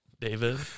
David